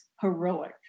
heroic